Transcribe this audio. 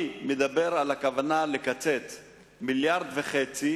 אני מדבר על הכוונה לקצץ מיליארד וחצי